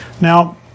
Now